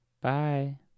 bye